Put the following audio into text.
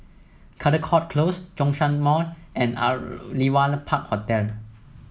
Caldecott Close Zhongshan Mall and Aliwal Park Hotel